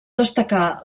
destacar